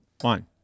One